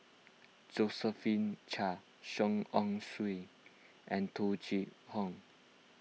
Josephine Chia Song Ong Siang and Tung Chye Hong